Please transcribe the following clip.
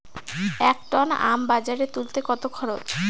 এক টন আম বাজারে তুলতে কত খরচ?